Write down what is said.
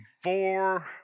four